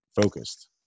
focused